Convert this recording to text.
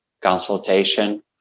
consultation